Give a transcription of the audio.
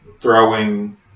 throwing